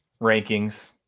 rankings